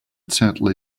certainly